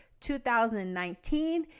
2019